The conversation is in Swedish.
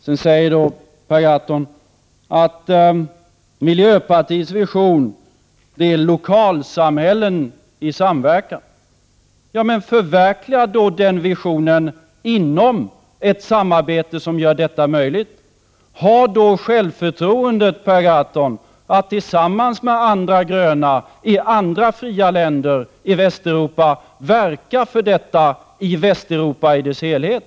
Per Gahrton sade vidare att miljöpartiets vision är lokalsamhällen i samverkan. Ja, men förverkliga då den visionen inom ett samarbete som gör detta möjligt! Ha då självförtroende, Per Gahrton, att tillsammans med andra gröna i andra fria länder i Västeuropa verka för detta i Västeuropa i dess helhet!